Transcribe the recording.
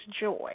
joy